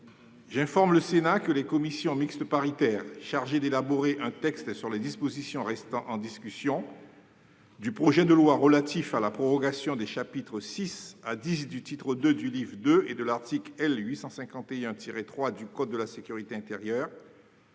J'informe le Sénat que les commissions mixtes paritaires chargées d'élaborer un texte sur les dispositions restant en discussion du projet de loi relatif à la prorogation des chapitres VI à X du titre II du livre II et de l'article L. 851-3 du code de la sécurité intérieure,